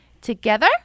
together